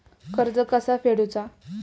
कर्ज कसा फेडुचा?